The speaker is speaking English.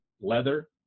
leather